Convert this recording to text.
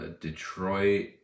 Detroit